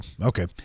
Okay